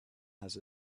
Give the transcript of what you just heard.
has